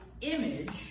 image